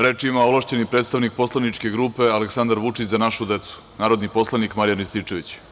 Reč ima ovlašćeni predstavnik poslaničke grupe Aleksandar Vučić – Za našu decu, narodni poslanik Marijan Rističević.